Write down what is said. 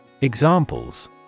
Examples